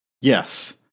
Yes